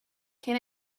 can